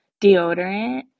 deodorant